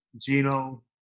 Gino